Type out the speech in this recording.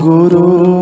Guru